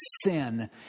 sin